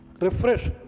Refresh